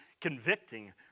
convicting